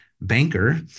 Banker